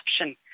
option